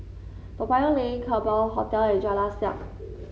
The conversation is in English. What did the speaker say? Toa Payoh Lane Kerbau Hotel and Jalan Siap